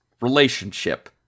Relationship